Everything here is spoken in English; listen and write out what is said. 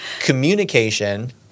communication